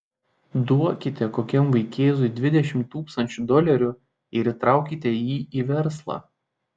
duokite kokiam vaikėzui dvidešimt tūkstančių dolerių ir įtraukite jį į verslą